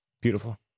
beautiful